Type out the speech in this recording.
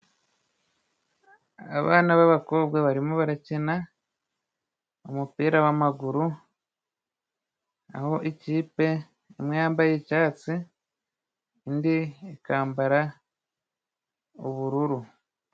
Abana b'abakobwa barimo barakina umupira w'amaguru, aho ikipe imwe yambaye icyatsi ,indi ikambara ubururu.